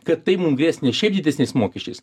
kad tai mums grės ne šiaip didesniais mokesčiais